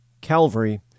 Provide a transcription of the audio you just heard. Calvary